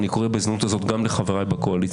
אני קורא בהזדמנות הזאת גם לחבריי בקואליציה,